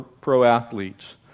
pro-athletes